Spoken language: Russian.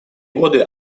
годы